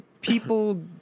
people